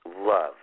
Love